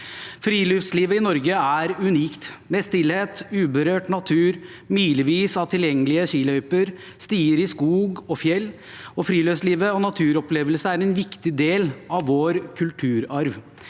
Friluftslivet i Norge er unikt, med stillhet, uberørt natur, milevis av tilgjengelige skiløyper og stier i skog og fjell. Friluftslivet og naturopplevelser er en viktig del av vår kulturarv.